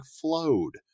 flowed